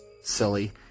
silly